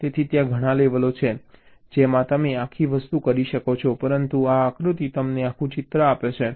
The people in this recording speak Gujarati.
તેથી ત્યાં ઘણા લેવલો છે જેમાં તમે આખી વસ્તુ કરી શકો છો પરંતુ આ આકૃતિ તમને આખું ચિત્ર આપે છે